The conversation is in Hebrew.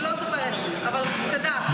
אבל שתדע,